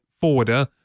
forwarder